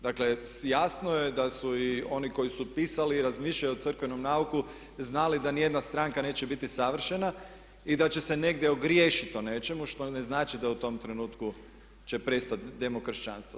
Dakle, jasno je da su i oni koji su pisali i razmišljaju o crkvenom nauku znali da ni jedna stranka neće biti savršena i da će se negdje ogriješiti o nečemu što ne znači da je u tom trenutku će prestati demokršćanstvo.